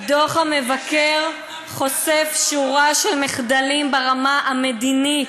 דוח המבקר חושף שורה של מחדלים ברמה המדינית,